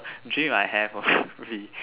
dream I have will be